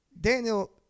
Daniel